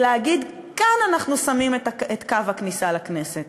ולהגיד: כאן אנחנו שמים את קו הכניסה לכנסת?